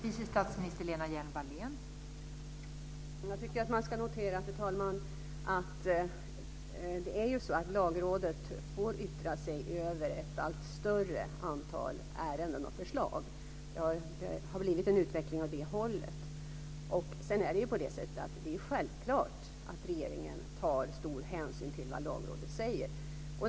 Fru talman! Jag tycker att man ska notera att Lagrådet får yttra sig över ett allt större antal ärenden och förslag. Det har blivit en utveckling åt det hållet. Det är självklart att regeringen tar stor hänsyn till vad Lagrådet säger.